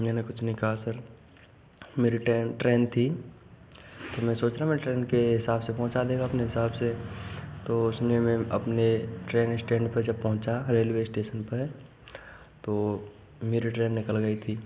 मैंने कुछ नहीं कहाँ सर मेरी ट्रेन थी मैं सोच रहा हूँ मैं ट्रेन के हिसाब से पहुँचा देगा अपने हिसाब से तो उसने में अपने ट्रेन स्टेंड पे जब पहुँचा रेलवे स्टेशन पे तो मेरी ट्रेन निकल गई थी